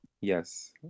Yes